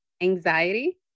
anxiety